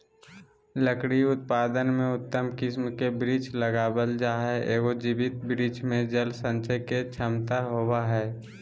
लकड़ी उत्पादन में उत्तम किस्म के वृक्ष लगावल जा हई, एगो जीवित वृक्ष मे जल संचय के क्षमता होवअ हई